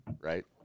right